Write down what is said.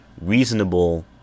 reasonable